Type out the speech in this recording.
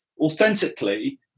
authentically